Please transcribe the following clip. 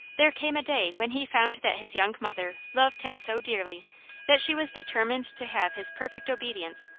there came a day when he found that his young mother loved him so dearly that she was determined to have his perfect obedience,